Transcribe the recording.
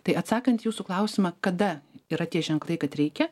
tai atsakant į jūsų klausimą kada yra tie ženklai kad reikia